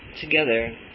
Together